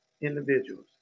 individuals